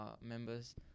members